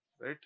right